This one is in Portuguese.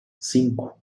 cinco